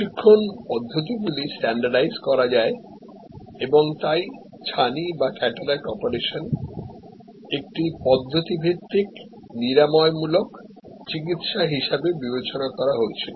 প্রশিক্ষণ পদ্ধতিগুলি স্ট্যান্ডার্ডইজট করা যায় এবং তাই ছানি বা কেটারাক্ট অপসারণএকটি পদ্ধতি ভিত্তিক নিরাময়মূলক চিকিত্সা হিসাবে বিবেচনা করা হয়েছিল